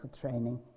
training